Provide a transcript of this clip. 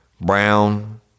Brown